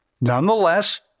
Nonetheless